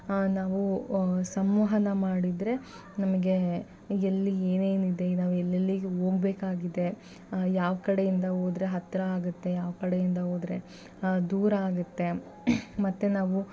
ನಾವು ಸಂವಹನ ಮಾಡಿದರೆ ನಮಗೆ ಎಲ್ಲಿ ಏನೇನಿದೆ ಇದ್ದಾವೆ ಎಲ್ಲೆಲಿಗೆ ಹೋಗ್ಬೇಕಾಗಿದೆ ಯಾವ ಕಡೆಯಿಂದ ಹೋದ್ರೆ ಹತ್ತಿರ ಆಗುತ್ತೆ ಯಾವ ಕಡೆಯಿಂದ ಹೋದ್ರೆ ದೂರ ಆಗುತ್ತೆ ಮತ್ತೆ ನಾವು